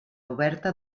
oberta